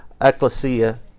ecclesia